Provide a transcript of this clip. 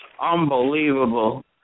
Unbelievable